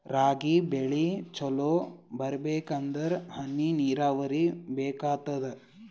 ರಾಗಿ ಬೆಳಿ ಚಲೋ ಬರಬೇಕಂದರ ಹನಿ ನೀರಾವರಿ ಬೇಕಾಗತದ?